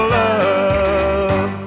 love